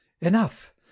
enough